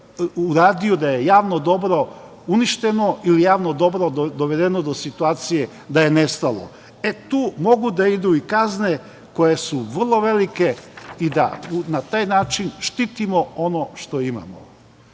da je javno dobro uništeno ili javno dobro dovedeno do situacije da je nestalo. Tu mogu da idu kazne koje su vrlo velike i da na taj način štitimo ono što imamo. Znate,